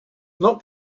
not